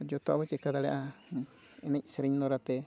ᱡᱚᱛᱚᱣᱟ ᱵᱚᱱ ᱪᱮᱠᱟ ᱫᱟᱲᱮᱭᱟᱜᱼᱟ ᱮᱱᱮᱡ ᱥᱮᱨᱮᱧ ᱫᱳᱣᱟᱨᱟᱛᱮ